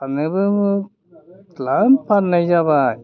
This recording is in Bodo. फाननायबो द्लाम फाननाय जाबाय